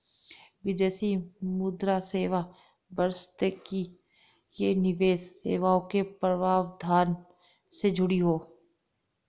विदेशी मुद्रा सेवा बशर्ते कि ये निवेश सेवाओं के प्रावधान से जुड़ी हों